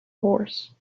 horse